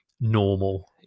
normal